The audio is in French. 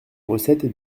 recette